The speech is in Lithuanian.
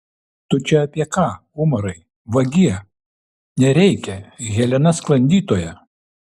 tu čia apie ką umarai vagie nereikia helena sklandytoja